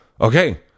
Okay